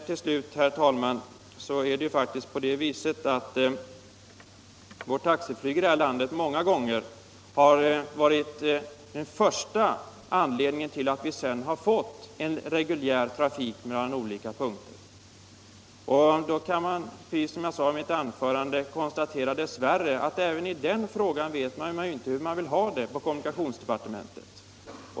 Till slut, herr talman, är det ju faktiskt på det viset att vårt taxiflyg många gånger har varit den första anledningen till att vi sedermera har fått en reguljär trafik mellan olika punkter. Då kan vi, precis som jag 151 sade i mitt anförande, dess värre konstatera att inte heller i den frågan vet man hur man vill ha det på kommunikationsdepartementet.